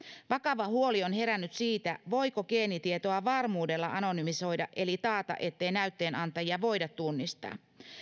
vakava huoli on herännyt siitä voiko geenitietoa varmuudella anonymisoida eli taata ettei näytteenantajia voida tunnistaa